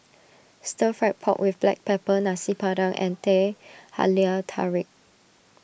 Stir Fried Pork with Black Pepper Nasi Padang and Teh Halia Tarik